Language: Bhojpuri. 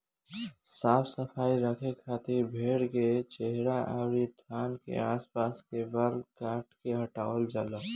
साफ सफाई रखे खातिर भेड़ के चेहरा अउरी थान के आस पास के बाल काट के हटावल जाला